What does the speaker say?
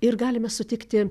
ir galime sutikti